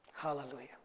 Hallelujah